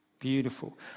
Beautiful